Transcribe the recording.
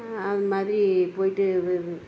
அந்த மாதிரி போய்ட்டு